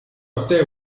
até